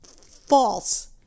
false